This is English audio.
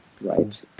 Right